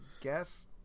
guess